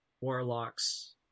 warlocks